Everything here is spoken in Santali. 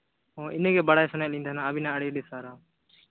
ᱤᱱᱟᱹᱜᱮ ᱵᱟᱲᱟᱭ ᱥᱟᱱᱟᱭᱮᱫ ᱞᱤᱧ ᱛᱟᱦᱮᱱᱟ ᱟᱹᱵᱤᱱ ᱦᱚᱸ ᱟᱹᱰᱤ ᱟᱹᱰᱤ ᱥᱟᱨᱦᱟᱣ